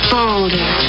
Bolder